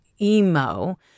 emo